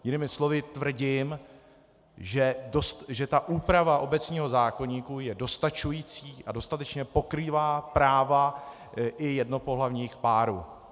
Jinými slovy, tvrdím, že úprava obecního (?) zákoníku je dostačující a dostatečně pokrývá práva i jednopohlavních párů.